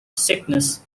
sickness